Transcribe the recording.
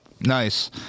Nice